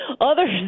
others